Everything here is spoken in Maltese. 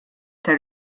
tar